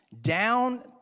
Down